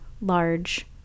large